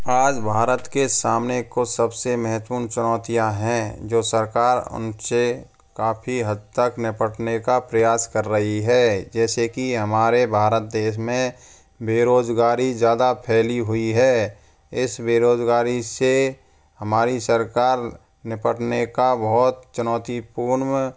आज भारत के सामने कुछ सबसे महत्वपूर्ण चुनौतियाँ हैं जो सरकार उनसे काफी हद तक निपटने का प्रयास कर रही है जैसे कि हमारे भारत देश में बेरोजगारी ज़्यादा फैली हुई है इस बेरोजगारी से हमारी सरकार निपटने का बहुत चुनौतीपूर्ण